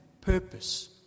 purpose